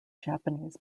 japanese